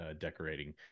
decorating